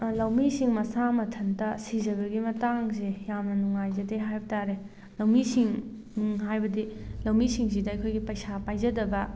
ꯂꯧꯃꯤꯁꯤꯡ ꯃꯁꯥ ꯃꯊꯟꯇ ꯁꯤꯖꯕꯒꯤ ꯃꯇꯥꯡꯁꯦ ꯌꯥꯝꯅ ꯅꯨꯡꯉꯥꯏꯖꯗꯦ ꯍꯥꯏꯕ ꯇꯥꯔꯦ ꯂꯧꯃꯤꯁꯤꯡ ꯍꯥꯏꯕꯗꯤ ꯂꯧꯃꯤꯁꯤꯡꯁꯤꯗ ꯑꯩꯈꯣꯏꯒꯤ ꯄꯩꯁꯥ ꯄꯥꯏꯖꯗꯕ